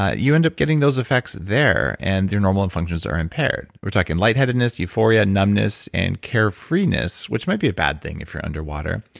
ah you end up getting those effects there, and your normal and functions are impaired. we're talking lightheadedness, euphoria, numbness, and carefree-ness, which might be a bad thing if you're under water.